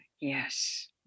yes